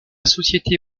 société